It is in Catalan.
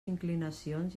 inclinacions